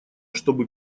чтобы